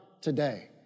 today